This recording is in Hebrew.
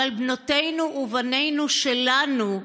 אבל בנותינו ובנינו שלנו,